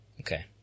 Okay